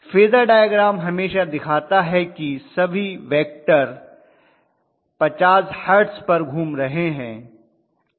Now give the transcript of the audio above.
phasor diagram हमेशा दिखाता है कि सभी वेक्टर 50 हर्ट्ज पर घूम रहे हैं